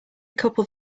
couple